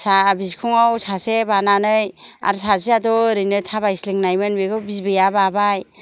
फिसा बिखुंगाव सासे बानानै आरो सासेयाथ' ओरैनो थाबायस्लिंनायमोन बेखौ बिबैया बाबाय